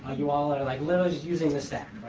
ah you all are like literally just using this stack, right?